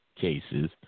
cases